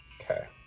Okay